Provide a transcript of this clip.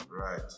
Right